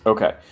Okay